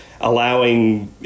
allowing